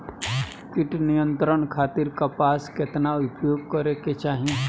कीट नियंत्रण खातिर कपास केतना उपयोग करे के चाहीं?